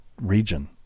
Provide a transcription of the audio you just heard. region